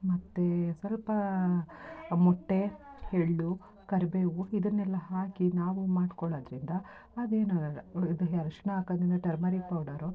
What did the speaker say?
ಮತ್ತು ಸ್ವಲ್ಪ ಮೊಟ್ಟೆ ಎಳ್ಳು ಕರಿಬೇವು ಇದನ್ನೆಲ್ಲ ಹಾಕಿ ನಾವು ಮಾಡಿಕೊಳ್ಳೋದ್ರಿಂದ ಅದೇನಾಗೋಲ್ಲ ಇದರಲ್ಲಿ ಅರಶಿಣ ಹಾಕೋದ್ರಿಂದ ಟರ್ಮರಿಕ್ ಪೌಡರು